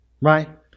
right